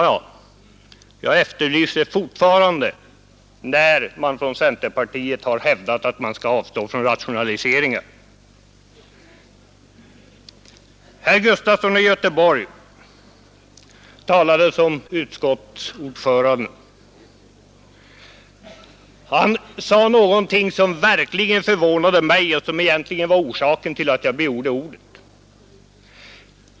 Ja, jag efterlyser fortfarande när centerpartiet har hävdat att man skall avstå från rationaliseringar. Herr Gustafson i Göteborg talade som utskottsordförande och sade någonting som verkligen förvånade mig och som var den egentliga orsaken till att jag begärde ordet.